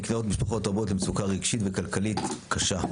נקלעות משפחות רבות למצוקה רגשית וכלכלית קשה,